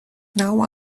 now